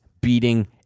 beating